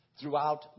throughout